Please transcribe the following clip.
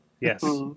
Yes